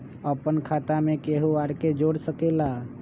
अपन खाता मे केहु आर के जोड़ सके ला?